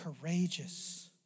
courageous